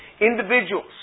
Individuals